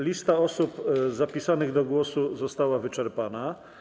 Lista osób zapisanych do głosu została wyczerpana.